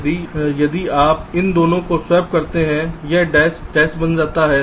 इसलिए यदि आप इन दोनों को स्वैप करते हैं यह डैश डैश बन सकता है